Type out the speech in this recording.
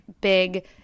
big